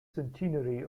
centenary